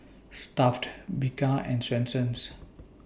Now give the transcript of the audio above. Stuff'd Bika and Swensens